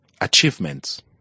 achievements